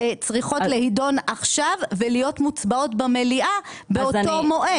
צריכות להידון עכשיו ולהיות מוצבעות במליאה באותו מועד.